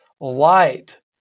light